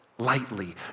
Lightly